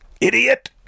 Idiot